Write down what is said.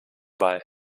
bei